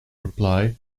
reply